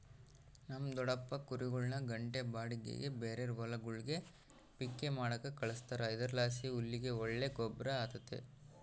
ನಮ್ ದೊಡಪ್ಪ ಕುರಿಗುಳ್ನ ಗಂಟೆ ಬಾಡಿಗ್ಗೆ ಬೇರೇರ್ ಹೊಲಗುಳ್ಗೆ ಪಿಕ್ಕೆ ಮಾಡಾಕ ಕಳಿಸ್ತಾರ ಇದರ್ಲಾಸಿ ಹುಲ್ಲಿಗೆ ಒಳ್ಳೆ ಗೊಬ್ರ ಆತತೆ